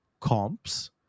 comps